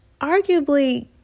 arguably